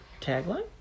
tagline